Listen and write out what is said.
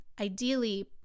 ideally